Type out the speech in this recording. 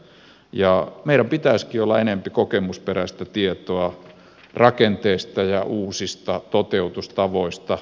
meillä pitäisikin olla enemmän kokemusperäistä tietoa rakenteista ja uusista toteutustavoista